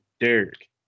Derek